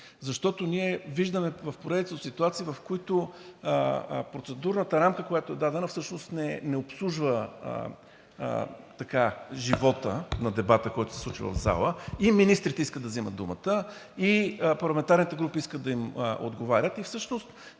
защото ние виждаме поредица ситуации, в които процедурната рамка, която е дадена, всъщност не обслужва живота на дебата, който се случва в залата – и министрите искат да вземат думата, и парламентарните групи искат да им отговарят.